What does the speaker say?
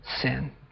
sin